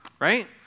right